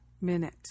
minute